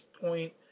point